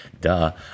duh